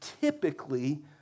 typically